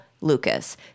Lucas